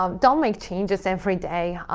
um don't make changes every day ah